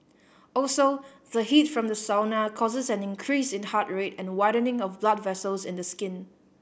also the heat from the sauna causes an increase in heart rate and widening of blood vessels in the skin